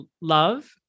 love